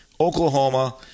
Oklahoma